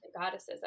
goddesses